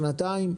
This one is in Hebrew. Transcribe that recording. שנתיים,